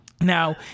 Now